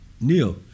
Neil